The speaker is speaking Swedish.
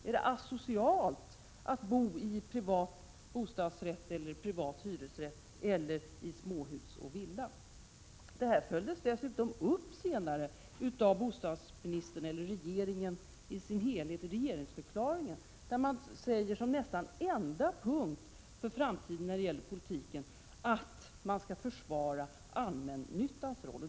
Är det asocialt att bo i privat bostadsrätt, privat hyresrätt eller i småhus och villa? Detta uttalande följdes dessutom upp senare av bostadsministern och regeringen i dess helhet i regeringsförklaringen, där det som nästan enda punkt för den framtida bostadspolitiken sägs att man skall försvara allmännyttans roll.